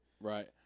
Right